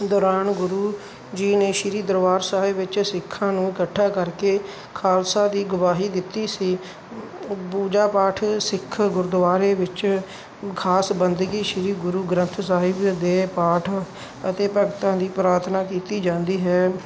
ਦੌਰਾਨ ਗੁਰੂ ਜੀ ਨੇ ਸ਼੍ਰੀ ਦਰਬਾਰ ਸਾਹਿਬ ਵਿੱਚ ਸਿੱਖਾਂ ਨੂੰ ਇਕੱਠਾ ਕਰਕੇ ਖਾਲਸਾ ਦੀ ਗਵਾਹੀ ਦਿੱਤੀ ਸੀ ਪੂਜਾ ਪਾਠ ਸਿੱਖ ਗੁਰਦੁਆਰੇ ਵਿੱਚ ਖਾਸ ਬੰਦਗੀ ਸ਼੍ਰੀ ਗੁਰੂ ਗ੍ਰੰਥ ਸਾਹਿਬ ਦੇ ਪਾਠ ਅਤੇ ਭਗਤਾਂ ਦੀ ਪ੍ਰਾਰਥਨਾ ਕੀਤੀ ਜਾਂਦੀ ਹੈ